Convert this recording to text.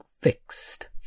fixed